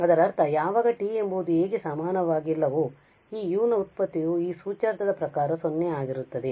ಅದರರ್ಥ ಯಾವಾಗ t ಎಂಬುದು a ಗೆ ಸಮನಾಗಿಲ್ಲವೋ ಈ û ನ ವ್ಯುತ್ಪತ್ತಿಯು ಈ ಸೂಚ್ಯಾರ್ಥದ ಪ್ರಕಾರ 0 ಆಗಿರುತ್ತದೆ